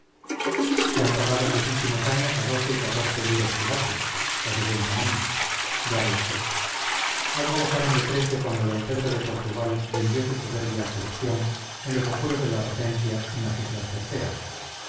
se han pagado en los últimos años a doce y catorce duros quilate las de buen tamaño ya ve usted algo bajaron de precio cuando d pedro de portugal vendió su soberbia colección en los apuros de la regencia en la islas terceras